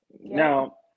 now